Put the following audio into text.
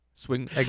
swing